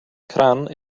kraan